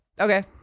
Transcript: Okay